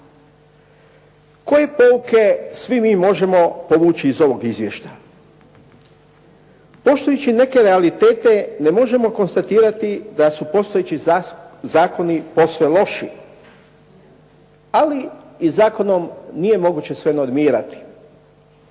Koje pouke svi mi možemo povući iz ovog izvješća? Poštujući neke realitete ne možemo konstatirati da su postojeći zakoni posve loši, ali i zakonom nije moguće sve normirati.